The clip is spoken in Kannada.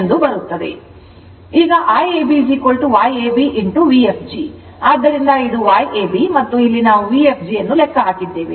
ಈಗ Iab Yab Vfg ಆದ್ದರಿಂದ ಇದು Yab ಮತ್ತು ನಾವು ಇಲ್ಲಿ Vfg ಯನ್ನು ಲೆಕ್ಕ ಹಾಕಿದ್ದೇವೆ